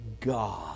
God